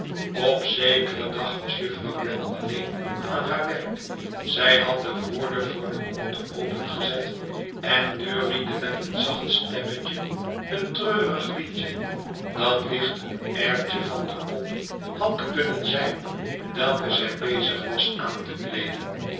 op zekeren dag was juffrouw wren alleen aan haar werk p had de voordeur voor de koelte opengezet en neuriede met een zacht stemmetje een treurig liedje dat licht een airtje van de pop had kunnen zijn welke zij bezig was aan te kleeden